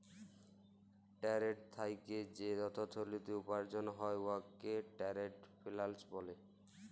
trade থ্যাইকে যে অথ্থলিতি উপার্জল হ্যয় উয়াকে টেরেড ফিল্যাল্স ব্যলে